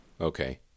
Okay